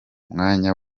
mwanya